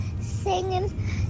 singing